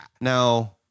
now